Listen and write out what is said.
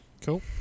Cool